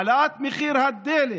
העלאת מחיר הדלק,